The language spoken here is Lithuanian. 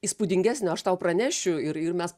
įspūdingesnio aš tau pranešiu ir ir mes